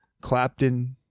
Clapton